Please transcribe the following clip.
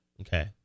Okay